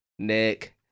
Nick